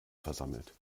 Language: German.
versammelt